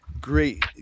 great